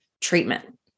treatment